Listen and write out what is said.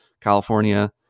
california